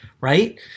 right